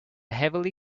heavily